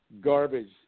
garbage